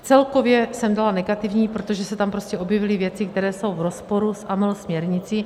Celkově jsem byla negativní, protože se tam prostě objevily věci, které jsou v rozporu s AML směrnicí.